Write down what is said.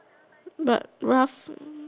but Ralph